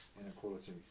inequality